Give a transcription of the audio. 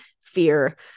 fear